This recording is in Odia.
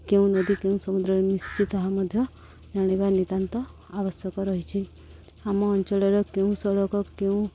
କେଉଁ ନଦୀ କେଉଁ ସମୁଦ୍ରରେ ମିଶିଛି ତାହା ମଧ୍ୟ ଜାଣିବା ନିତ୍ୟାନ୍ତ ଆବଶ୍ୟକ ରହିଛି ଆମ ଅଞ୍ଚଳର କେଉଁ ସଡ଼କ କେଉଁ